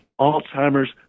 Alzheimer's